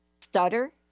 stutter